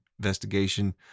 investigation